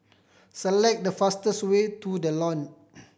select the fastest way to The Lawn